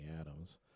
Adams